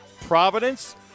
Providence